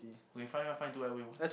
okay fine fine fine do whatever you want